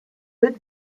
would